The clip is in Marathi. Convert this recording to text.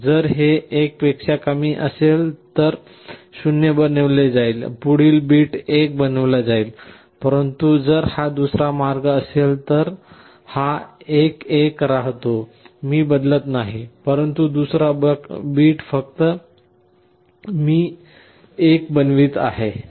जर हे 1 पेक्षा कमी असेल तर 0 बनविले जाईल आणि पुढील बीट 1 बनविला जाईल परंतु जर हा दुसरा मार्ग असेल तर हा 1 1 राहतो मी बदलत नाही परंतु दुसरा बिट फक्त मी बनवित आहे 1